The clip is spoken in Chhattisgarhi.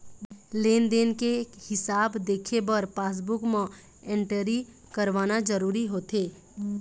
लेन देन के हिसाब देखे बर पासबूक म एंटरी करवाना जरूरी होथे